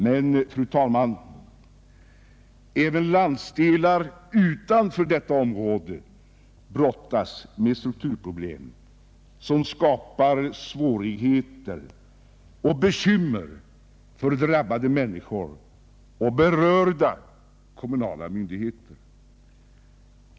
Men, fru talman, även landsdelar utanför detta område brottas med strukturproblem som skapar svårigheter och bekymmer för drabbade människor och berörda kommunala myndigheter.